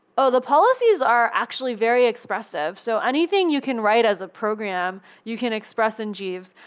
ah the policies are actually very expressive. so anything you can write as a program, you can express in jeeves.